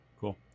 cool